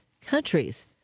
countries